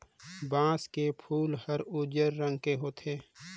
बांस के फूल हर उजर रंग के होथे